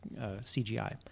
CGI